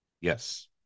Yes